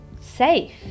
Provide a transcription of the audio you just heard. safe